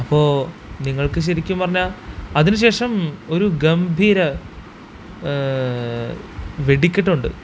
അപ്പോള് നിങ്ങള്ക്ക് ശരിക്കും പറഞ്ഞാല് അതിനുശേഷം ഒരു ഗംഭീര വെടിക്കെട്ടുണ്ട്